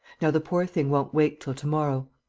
now the poor thing won't wake till to-morrow.